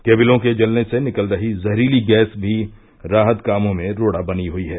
केविलों के जलने से निकल रही जहरीली गैस भी राहत कामों में रोड़ा बनी हुई है